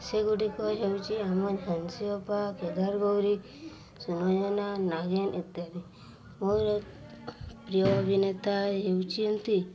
ସେଗୁଡ଼ିକ ହେଉଛି ଆମର ଝାନ୍ସୀ ଅପା କେଦାରଗୌରୀ ସୁନୟନା ନାଗିନ୍ ଇତ୍ୟାଦି ମୋର ପ୍ରିୟ ଅଭିନେତା ହେଉଛନ୍ତି